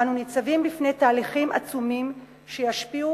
אנו ניצבים בפני תהליכים עצומים שישפיעו